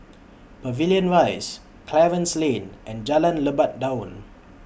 Pavilion Rise Clarence Lane and Jalan Lebat Daun